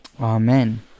Amen